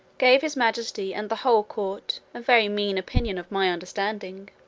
gave his majesty, and the whole court, a very mean opinion of my understanding.